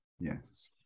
Yes